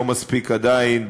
לא מספיק עדיין,